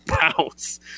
bounce